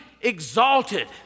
exalted